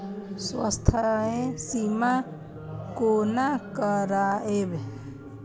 स्वास्थ्य सीमा कोना करायब?